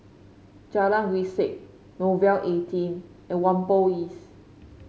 Jalan Grisek Nouvel Eighteen and Whampoa East